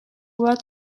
bat